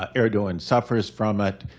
ah erdogan suffers from it.